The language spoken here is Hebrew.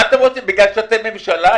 בגלל שאתם ממשלה?